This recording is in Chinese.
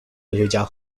哲学家